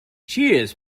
cheers